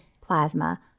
plasma